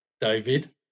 David